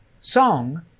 song